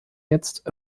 jetzt